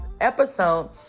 episode